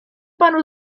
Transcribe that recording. panu